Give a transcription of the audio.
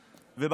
המחאה.